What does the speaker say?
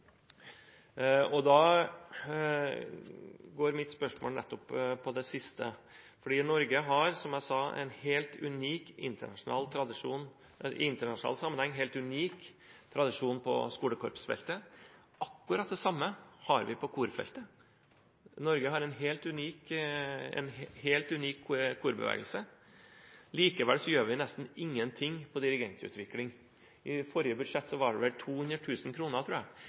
Mitt spørsmål går nettopp på det siste, fordi Norge har – som jeg sa – en i internasjonal sammenheng helt unik tradisjon på skolekorpsfeltet. Akkurat det samme har vi på korfeltet – Norge har en helt unik korbevegelse. Likevel gjør vi nesten ingenting på dirigentutvikling – i forrige budsjett var det vel 200 000 kr, tror jeg.